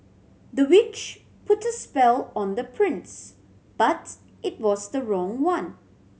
the witch put a spell on the prince but it was the wrong one